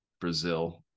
Brazil